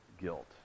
guilt